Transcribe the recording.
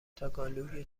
تاگالوگ